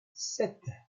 sept